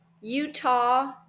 Utah